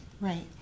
Right